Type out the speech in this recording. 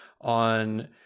on